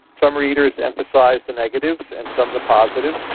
some readers emphasise the negatives and some the positives.